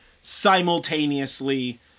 simultaneously